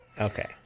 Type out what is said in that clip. Okay